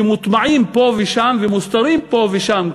שמוטמעים פה ושם ומוסתרים פה ושם,